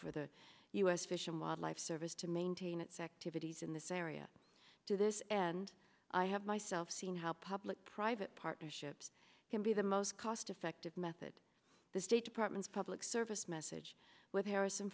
for the u s fish and wildlife service to maintain its activities in this area do this and i have myself seen how public private partnerships can be the most cost effective method the state department's public service message with harrison